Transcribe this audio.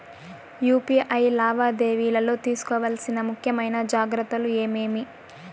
UPI లావాదేవీలలో తీసుకోవాల్సిన ముఖ్యమైన జాగ్రత్తలు ఏమేమీ?